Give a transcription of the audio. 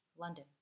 London